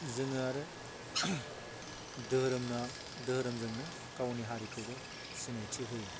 जोङो आरो धोरोमनां धोरोमजोंनो गावनि हारिखौबो सिनायथि होयो